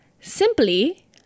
Simply